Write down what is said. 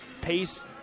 pace